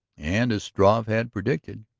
and, as struve had predicted,